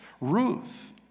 Ruth